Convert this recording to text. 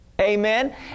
Amen